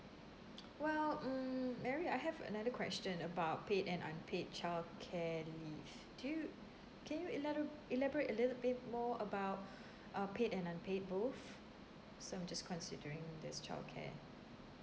well mm mary I have another question about paid and unpaid childcare leave do you can you elara~ elaborate a little bit more about um paid and unpaid both so I'm just considering this childcare